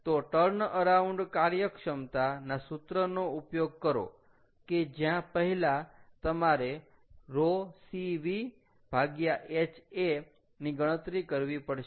તો turn around કાર્યક્ષમતા ના સૂત્રનો ઉપયોગ કરો કે જ્યાં પહેલા તમારે ρ Cv ha ની ગણતરી કરવી પડશે